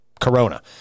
corona